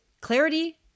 Clarity